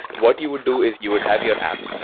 what you would do is you would have your app,